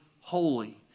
holy